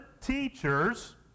teachers